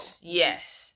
Yes